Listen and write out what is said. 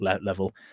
level